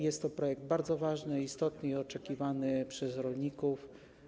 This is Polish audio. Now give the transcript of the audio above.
Jest to projekt bardzo ważny, istotny i oczekiwany przez rolników.